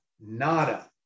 nada